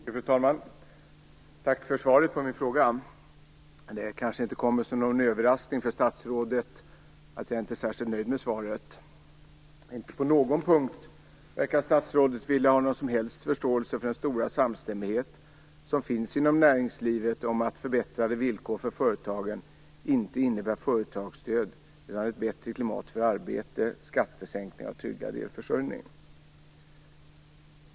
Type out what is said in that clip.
Fru talman! Tack för svaret på min interpellation. Det kanske inte kommer som någon överraskning för statsrådet att jag inte är särskilt nöjd med svaret. Inte på någon punkt verkar statsrådet vilja ha någon som helst förståelse för den stora samstämmighet som finns inom näringslivet om att förbättrade villkor för företagen inte innebär företagsstöd utan ett bättre klimat för arbete, skattesänkningar och en tryggad elförsörjning.